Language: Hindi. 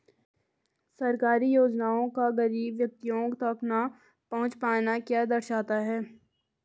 सरकारी योजनाओं का गरीब व्यक्तियों तक न पहुँच पाना क्या दर्शाता है?